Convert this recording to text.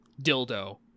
dildo